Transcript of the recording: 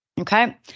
Okay